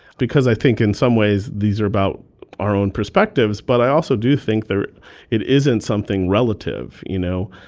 because i think in some ways these are about our own perspectives. but i also do think there it it isn't something relative. you know,